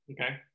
Okay